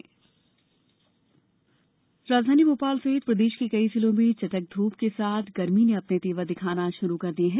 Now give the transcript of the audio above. मौसम राजधानी भोपाल सहित प्रदेश के कई जिलों मे चटक ध्रप के साथ गर्मी ने अपने तेवर दिखाना शुरू कर दिये हैं